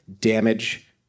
damage